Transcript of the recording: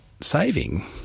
saving